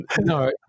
no